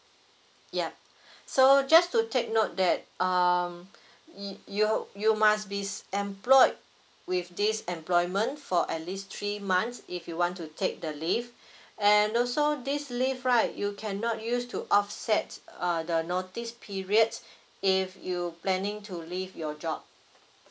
yup so just to take note that um you you must be employed with this employment for at least three months if you want to take the leave and also this leave right you cannot use to offset uh the notice periods if you planning to leave your job